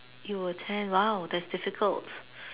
you were ten !wow! that's difficult